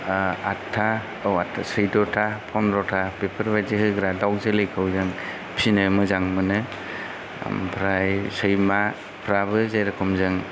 आठथा अ आठथा सैद'था फनद्र'था बेफोरबादि होग्रा दाउ जोलैखौ जों फिनो मोजां मोनो आमफ्राय सैमाफ्राबो जेरख'म जों